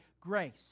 grace